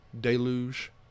Deluge